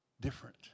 different